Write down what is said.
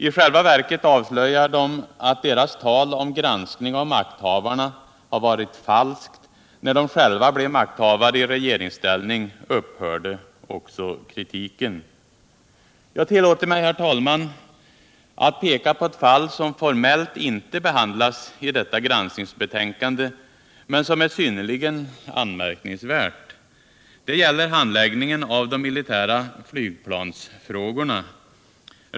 I själva verket avslöjar de att deras tal om granskning av makthavarna har varit falskt. När de själva blev makthavare i regeringsställning upphörde också kritiken. Jag tillåter mig, herr talman, att peka på ett fall som formellt inte behandlas i detta granskningsbetänkande men som är synnerligen anmärkningsvärt. Det gäller handläggningen av de militära flygplansfrågorna.